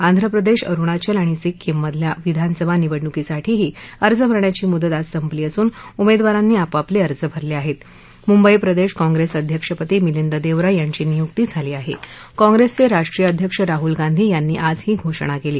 आंध्रप्रदृष्ट अरुणाचल आणि सिक्कीम मधल्या विधानसभा निवडणुकीसाठीही अर्ज भरण्याची मुदत आज संपली असून उमद्विरांनी आपापलअिर्ज भरलआहक्त मुंबई प्रदक्षकाँग्रस्तअध्यक्षपदी मिलिंद दक्षि यांची नियुक्ती झाली आह काँग्रस्त्रिजेष्ट्रीय अध्यक्ष राहुल गांधी यांनी आज ही घोषणा कली